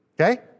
Okay